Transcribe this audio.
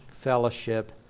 fellowship